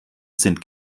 sind